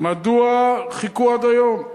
מדוע חיכו עד היום?